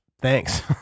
thanks